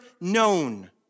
known